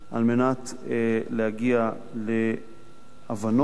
על מנת להגיע להבנות,